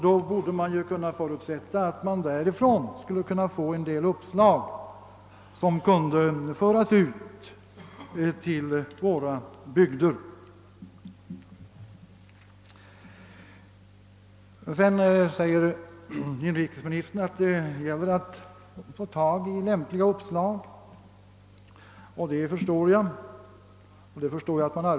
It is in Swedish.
Man borde därför kunna förutsätta att det från detta håll skulle komma en del uppslag att föra ut till våra bygder. Inrikesministern framhåller vidare att det gäller att få lämpliga uppslag, och jag förstår att man arbetar med detta.